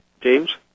James